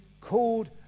called